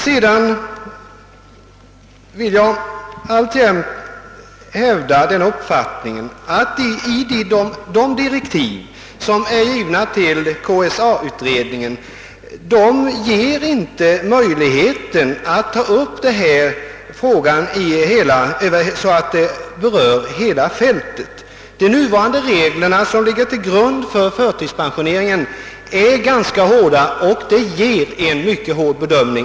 Sedan vill jag alltjämt hävda uppfattningen att de direktiv som är givna till KSA-utredningen inte ger möjligheter att ta upp denna fråga så att hela fältet berörs. De nuvarande reglerna för förtidspensionering är ganska hårda, vilket i vissa fall ger en mycket snäv bedömning.